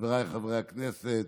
חבריי חברי הכנסת,